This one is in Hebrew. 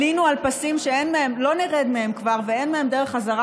עלינו על פסים שלא נרד מהם כבר ואין מהם דרך חזרה,